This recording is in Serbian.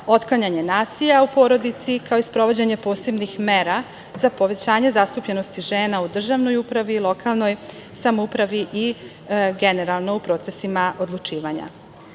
otklanjanje nasilja u porodici, kao i sprovođenje posebnih mera za povećanje zastupljenosti žena u državnoj upravi, lokalnoj samoupravi i generalno u procesima odlučivanja. Pravo